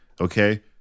Okay